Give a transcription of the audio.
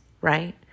right